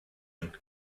mujer